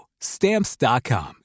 Stamps.com